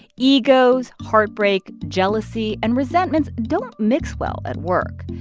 egos, heartbreak, jealousy and resentments don't mix well at work.